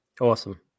Awesome